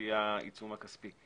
כלי העיצום הכספי.